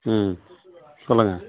ம் சொல்லுங்கள்